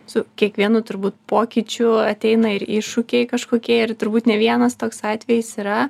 su kiekvienu turbūt pokyčiu ateina ir iššūkiai kažkokie ir turbūt ne vienas toks atvejis yra